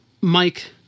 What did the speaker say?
Mike